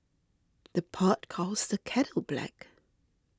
the pot calls the kettle black